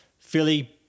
Philly